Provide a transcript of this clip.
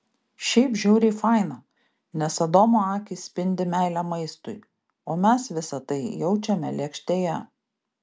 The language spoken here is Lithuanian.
šiaip žiauriai faina nes adomo akys spindi meile maistui o mes visa tai jaučiame lėkštėje